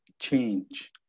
change